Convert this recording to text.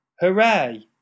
Hooray